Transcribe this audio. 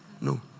No